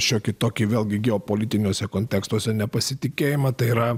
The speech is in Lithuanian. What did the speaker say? šiokį tokį vėlgi geopolitiniuose kontekstuose nepasitikėjimą tai yra